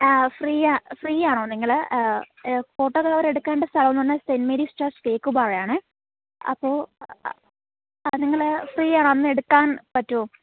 ആ ഫ്രീ യാ ഫ്രീ ആണോ നിങ്ങൾ ഫോട്ടോ കവർ എടുക്കേണ്ട സ്ഥലം എന്ന് പറഞ്ഞാൽ സെൻറ് മേരീസ് ചർച്ച് തേക്കുപാറയാണേ അപ്പോൾ ആ നിങ്ങൾ ഫ്രീ ആണോ അന്ന് എടുക്കാൻ പറ്റുമോ